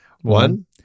One